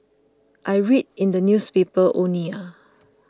I read in the newspaper only ah